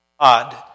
God